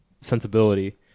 sensibility